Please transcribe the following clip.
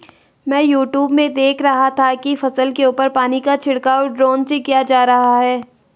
मैं यूट्यूब में देख रहा था कि फसल के ऊपर पानी का छिड़काव ड्रोन से किया जा रहा है